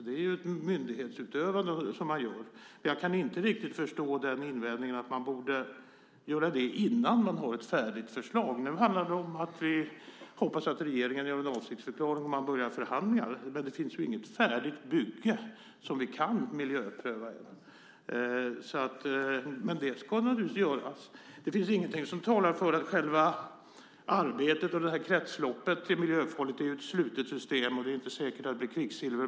Det är ett myndighetsutövande som man sköter. Jag kan inte riktigt förstå invändningen att man borde göra det innan man har ett färdigt förslag. Nu handlar det om att vi hoppas att regeringen gör en avsiktsförklaring och att man påbörjar förhandlingar. Det finns ju inget färdigt bygge som vi kan miljöpröva. Men det ska naturligtvis göras. Det finns ingenting som talar för att själva arbetet och kretsloppet är miljöfarligt. Det är ju ett slutet system, och det är inte säkert att det blir kvicksilver.